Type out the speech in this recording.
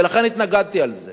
ולכן התנגדתי לזה